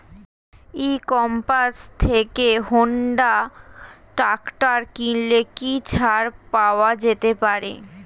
ই commerce থেকে Honda tractor কিনলে কি ছাড় পাওয়া যেতে পারে?